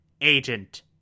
agent